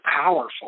powerful